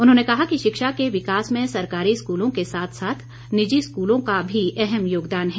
उन्होंने कहा कि शिक्षा के विकास में सरकारी स्कूलों के साथ साथ निजी स्कूलों का भी अहम योगदान है